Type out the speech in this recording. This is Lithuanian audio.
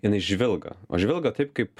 jinai žvilga o žvilga taip kaip